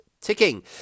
ticking